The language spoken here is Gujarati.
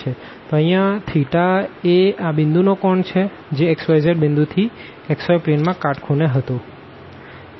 તો અહીંયા એન્ગલ એઆ પોઈન્ટનો એન્ગલ છે જે x y z બિન્દુથી xy પ્લેનમાં કાટખૂણે હતું